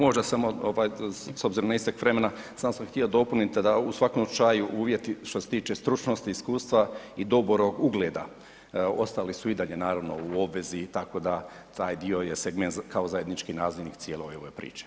Možda samo ovaj s obzirom na istek vremena, samo sam htio dopuniti da u svakom slučaju uvjeti što se tiče stručnosti, iskustva i dobrog ugleda ostali su i dalje naravno u obvezi tako da taj dio je segment kao zajednički nazivnik cijele ove priče.